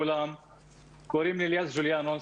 קוראים לי אליאס ג'וליאנוס,